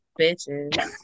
bitches